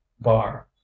bar